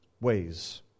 ways